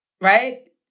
right